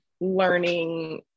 learning